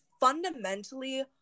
fundamentally